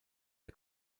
der